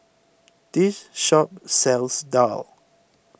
this shop sells Daal